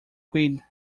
quid